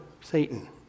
Satan